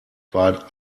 war